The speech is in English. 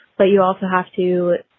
but you also have to.